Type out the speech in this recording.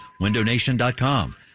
Windownation.com